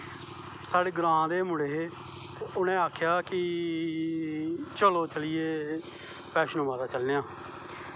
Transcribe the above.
साढ़े ग्रांऽ दे गै मुड़े हे उनें आखेआ चलो चलिये बैष्णों माता चलनें आं